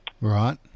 Right